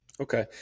Okay